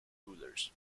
rulers